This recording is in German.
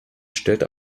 stellt